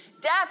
Death